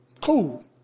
Cool